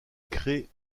créent